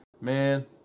man